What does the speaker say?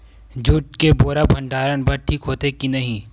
Jute के बोरा भंडारण बर ठीक होथे के नहीं?